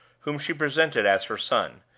whom she presented as her son,